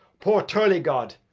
poor turlygod!